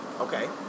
okay